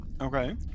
okay